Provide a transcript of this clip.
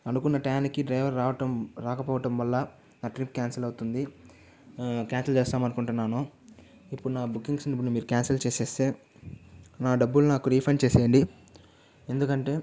అనుకున్న టయానికి డ్రైవర్ రావటం రాకపోవటం వల్ల నా ట్రిప్ క్యాన్సిల్ అవుతుంది క్యాన్సిల్ చేస్తాం అనుకుంటున్నాను ఇప్పుడు నా బుకింగ్స్ ని ఇప్పుడు మీరు క్యాన్సిల్ చేసేస్తే నా డబ్బులు నాకు రిఫండ్ చేసేయండి ఎందుకంటే